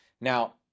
Now